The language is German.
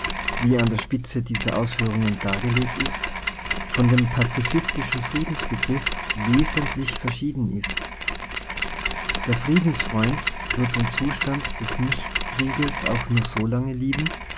wie an der spitze dieser ausführungen dargelegt ist von dem pazifistischen friedensbegriff wesentlich ver schieden ist der friedensfreund wird den zustand des nichtkrieges auch nur so lange lieben